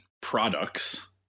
products